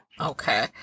okay